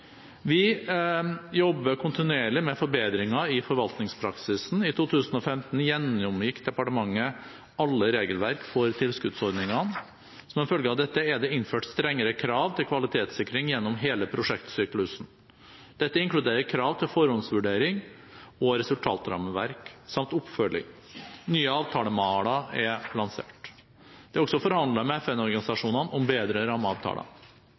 Vi jobber kontinuerlig med forbedringer i forvaltningspraksisen. I 2015 gjennomgikk departementet alle regelverk for tilskuddsordningene. Som en følge av dette er det innført strengere krav til kvalitetssikring gjennom hele prosjektsyklusen. Dette inkluderer krav til forhåndsvurdering og resultatrammeverk samt oppfølging. Nye avtalemaler er lansert. Det er også forhandlet med FN-organisasjonene om bedre rammeavtaler.